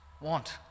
want